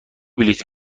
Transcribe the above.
بلیط